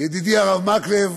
ידידי הרב מקלב